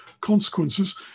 consequences